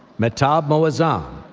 mehtaab moazzam,